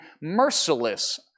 merciless